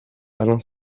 alain